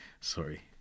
sorry